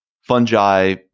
fungi